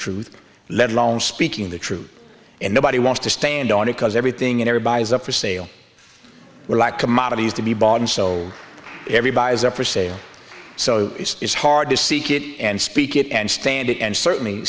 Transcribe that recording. truth let alone speaking the truth and nobody wants to stand on it because everything everybody is up for sale we're like commodities to be bought and so everybody is up for sale so it's hard to seek it and speak it and stand it and certainly